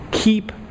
Keep